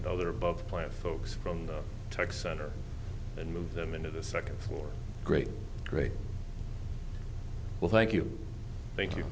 and other above plant folks from the tech center and move them into the second floor great great well thank you thank you